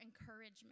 encouragement